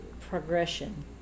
progression